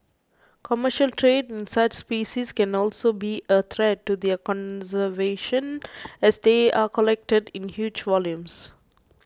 commercial trade in such species can also be a threat to their conservation as they are collected in huge volumes